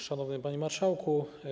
Szanowny Panie Marszałku!